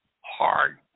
hard